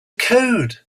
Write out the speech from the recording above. code